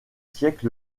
siècles